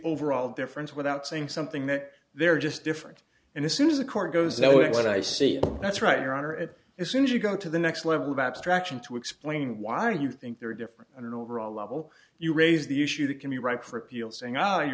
overall difference without saying something that they're just different and as soon as a court goes oh what i see that's right your honor it as soon as you go to the next level of abstraction to explain why do you think there are different an overall level you raise the issue that can be ripe for appeal saying